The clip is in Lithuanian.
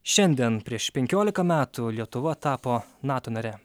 šiandien prieš penkiolika metų lietuva tapo nato nare